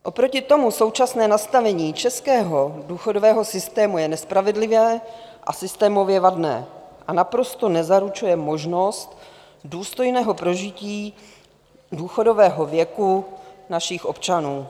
Oproti tomu současné nastavení českého důchodového systému je nespravedlivé a systémově vadné a naprosto nezaručuje možnost důstojného prožití důchodového věku našich občanů.